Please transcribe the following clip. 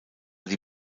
die